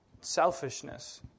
selfishness